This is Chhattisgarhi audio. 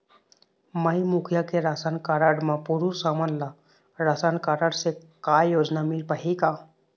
माई मुखिया के राशन कारड म पुरुष हमन ला रासनकारड से का योजना मिल पाही का?